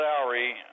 salary